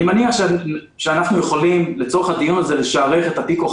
אני מניח שאנחנו יכולים לצורך הדיון הזה לשערך את ה-*P,